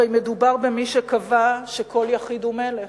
הרי מדובר במי שקבע שכל יחיד הוא מלך,